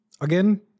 again